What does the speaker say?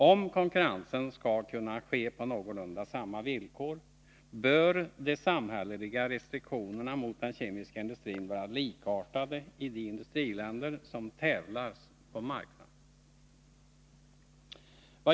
Om konkurrensen skall kunna ske på någorlunda lika villkor bör de samhälleliga restriktionerna mot den kemiska industrin vara likartade i de industriländer som tävlar på marknaden.